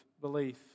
belief